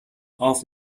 off